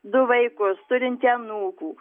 du vaikus turinti anūkų